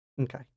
okay